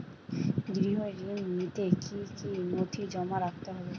গৃহ ঋণ নিতে কি কি নথি জমা রাখতে হবে?